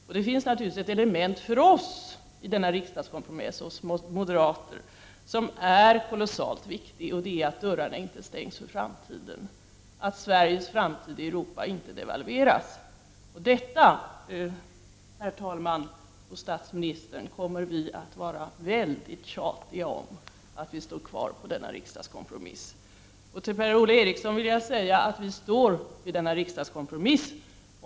Och det finns naturligtvis ett element för oss moderater i denna riksdagskompromiss som är kolossalt viktigt, nämligen att dörrarna inte stängs för framtiden, att Sveriges framtid i Europa inte devalveras. Vi moderater kommer, herr talman och statsministern, att vara mycket tjatiga om att vi skall stå fast vid denna riksdagskompromiss. Till Per-Ola Eriksson vill jag säga att vi moderater står fast vid denna riksdagskompromiss.